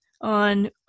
on